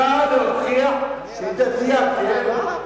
היא צריכה להוכיח שהיא דתייה, כן.